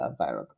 viral